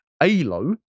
ALO